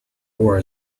war